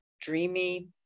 dreamy